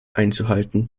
einzuhalten